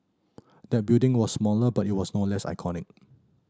that building was smaller but it was no less iconic